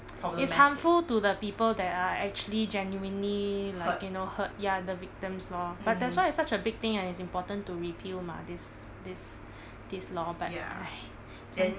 it's harmful to the people that are actually genuinely like you know hurt ya the victims lor but that's why it's such a big thing and it's important to repeal mah this this law but !hais! to~